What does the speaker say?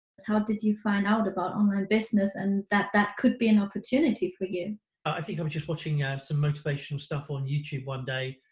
how did you find out about online business and that that could be an opportunity for you? ah i think i was just watching ah um some motivational stuff on youtube one day,